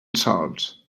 sols